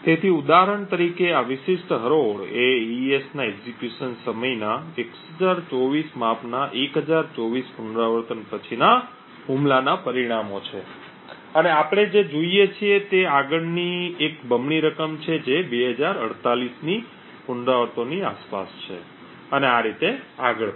તેથી ઉદાહરણ તરીકે આ વિશિષ્ટ હરોળ એ AES ના એક્ઝેક્યુશન સમયના 1024 માપના 1024 પુનરાવર્તન પછીના હુમલાનાં પરિણામો છે અને આપણે જે જોઈએ છીએ તે આગળની એક બમણી રકમ છે જે 2048 ની પુનરાવર્તનોની આસપાસ છે અને આ રીતે આગળ પણ